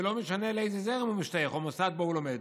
ולא משנה לאיזה זרם הוא משתייך או באיזה מוסד הוא לומד.